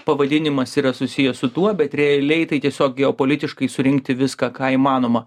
pavadinimas yra susijęs su tuo bet realiai tai tiesiog geopolitiškai surinkti viską ką įmanoma